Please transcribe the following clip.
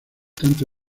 tanto